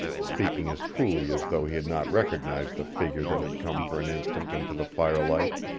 speaking as coolly as though he had not recognized the figure that had come for an instant into the firelight.